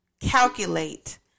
calculate